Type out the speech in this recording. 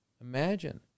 imagine